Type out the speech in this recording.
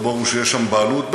לא ברור שיש שם בעלות.